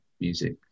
music